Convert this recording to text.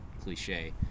cliche